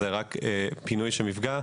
אלא רק פינוי של מפגע.